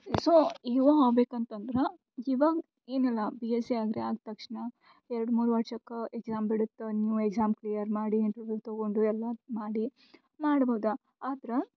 so ಇ ಒ ಆಗ್ಬೇಕು ಅಂತಂದ್ರೆ ಇವಾಗ ಏನಿಲ್ಲ ಬಿಎಸ್ಸಿ ಅಗ್ರಿ ಆದ ತಕ್ಷಣ ಎರಡು ಮೂರು ವರ್ಷಕ್ಕೆ ಎಕ್ಸಾಮ್ ಬಿಡುತ್ತ ನೀವು ಎಕ್ಸಾಮ್ ಕ್ಲಿಯರ್ ಮಾಡಿ ಎಂಟ್ರಿಗಳು ತಗೊಂಡು ಎಲ್ಲ ಮಾಡಿ ಮಾಡ್ಬೋದು ಆದ್ರ